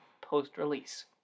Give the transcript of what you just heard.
post-release